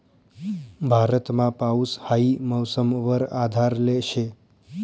भारतमा पाऊस हाई मौसम वर आधारले शे